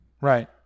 right